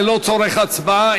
ללא צורך בהצבעה.